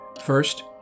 First